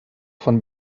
von